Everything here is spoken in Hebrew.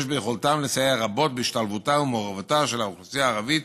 יש ביכולתם לסייע רבות בהשתלבותה ומעורבותה של האוכלוסייה הערבית